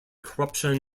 corruption